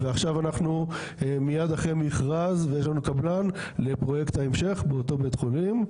ועכשיו אנחנו מיד אחרי יש לנו מכרז וקבלן לפרויקט המשך באותו בית חולים.